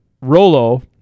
Rolo